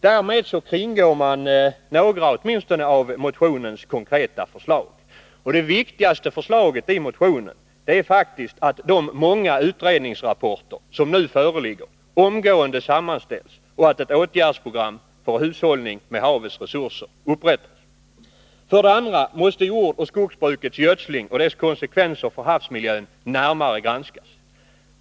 Därmed kringgår man åtminstone några av motionens konkreta förslag. Det viktigaste förslaget i motionen är faktiskt att de många utredningsrapporter som nu föreligger omgående sammanställs och att ett åtgärdsprogram för hushållning med havets resurser upprättas. Vidare måste jordoch skogsbrukets gödsling och dess konsekvenser för havsmiljön närmare granskas.